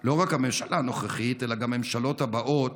לא רק הממשלה הנוכחית אלא גם הממשלות הבאות,